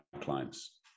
clients